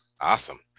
awesome